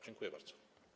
Dziękuję bardzo.